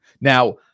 Now